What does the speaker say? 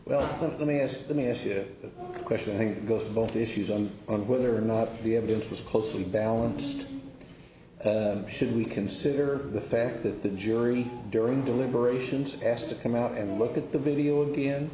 well let me ask let me ask you a question i think that goes both issues and on whether or not the evidence was closely balanced should we consider the fact that the jury during deliberations asked to come out and look at the video again